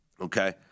okay